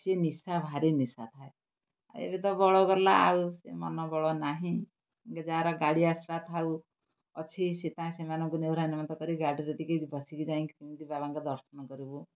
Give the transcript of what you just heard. ସିଏ ନିଶା ଭାରି ନିଶା ଥାଏ ଆଉ ଏବେ ତ ବଳ ଗଲା ଆଉ ସେ ମନ ବଳ ନାହିଁ ଯାହାର ଗାଡ଼ି ଆସିଲା ଥାଉ ଅଛି ସେ ତା ସେମାନଙ୍କୁ ନେହୁରା ନିମନ୍ତ କରି ଗାଡ଼ିରେ ଟିକେ ବସିକି ଯାଇକି ବାବାଙ୍କ ଦର୍ଶନ କରିବୁ